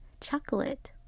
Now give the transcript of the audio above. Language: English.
Chocolate